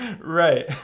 right